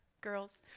girls